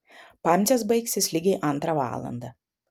pamcės baigsis lygiai antrą valandą